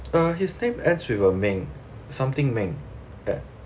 uh his name ends with a Meng something Meng uh